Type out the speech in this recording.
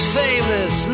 famous